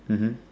(mmhmmm)